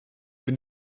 bin